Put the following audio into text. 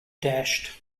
dashed